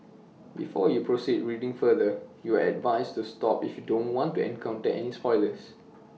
before you proceed reading further you are advised to stop if you don't want to encounter any spoilers